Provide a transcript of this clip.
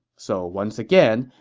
so once again,